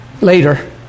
Later